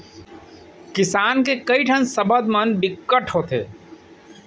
किसान के कइ ठन सब्द मन बिकट होथे